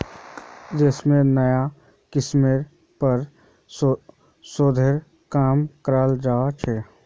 रेशमेर नाया किस्मेर पर शोध्येर काम कराल जा छ